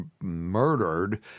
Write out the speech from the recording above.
murdered